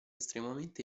estremamente